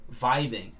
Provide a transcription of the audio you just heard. vibing